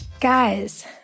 Guys